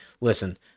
listen